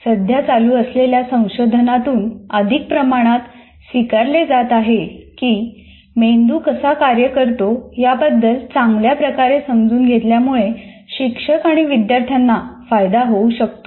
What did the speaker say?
सध्या चालू असलेल्या संशोधनातून अधिक प्रमाणात स्वीकारले जात आहे की मेंदू कसा कार्य करतो याबद्दल चांगल्या प्रकारे समजून घेतल्यामुळे शिक्षक आणि विद्यार्थ्यांना फायदा होऊ शकतो